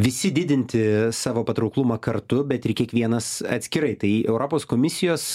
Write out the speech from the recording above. visi didinti savo patrauklumą kartu bet ir kiekvienas atskirai tai europos komisijos